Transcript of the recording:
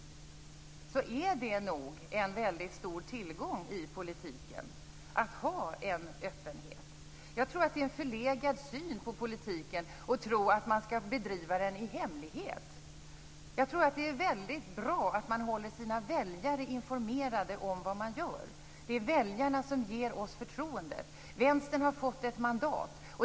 Det är nog en väldigt stor tillgång i politiken att ha en öppenhet. Jag tror att det är en förlegad syn på politiken att tro att man skall bedriva den i hemlighet. Jag tror att det är väldigt bra att man håller sina väljare informerade om vad man gör. Det är väljarna som ger oss förtroendet. Vänstern har fått ett mandat.